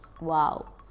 Wow